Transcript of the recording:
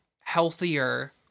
healthier